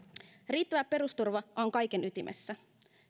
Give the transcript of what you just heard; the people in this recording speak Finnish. riittävä perusturva on kaiken ytimessä